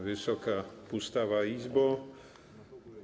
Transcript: Wysoka Pustawa Izbo!